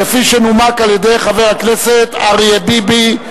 כפי שנומקה על-ידי חבר הכנסת אריה ביבי.